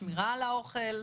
שמירה על האוכל?